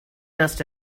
dust